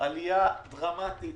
עלייה דרמטית